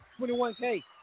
21K